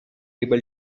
able